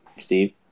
Steve